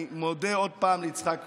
אני מודה עוד פעם ליצחק קרויזר.